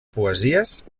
poesies